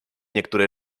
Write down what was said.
niektóre